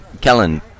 Kellen